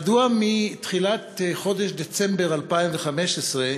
מדוע מתחילת חודש דצמבר 2015,